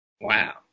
Wow